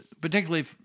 particularly